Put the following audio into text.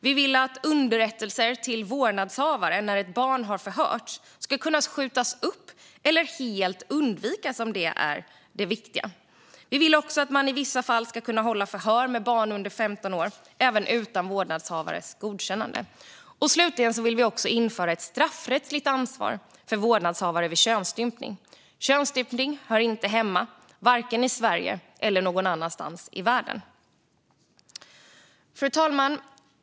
Vi vill att underrättelser till vårdnadshavare när ett barn har förhörts ska kunna skjutas upp eller helt undvikas om det är det viktiga. Vi vill också att man i vissa fall ska kunna hålla förhör med barn under 15 år även utan vårdnadshavares godkännande. Slutligen vill vi också införa ett straffrättsligt ansvar för vårdnadshavare vid könsstympning. Könsstympning hör inte hemma vare sig i Sverige eller någon annanstans i världen. Fru talman!